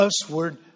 usward